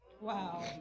Wow